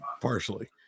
partially